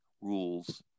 rules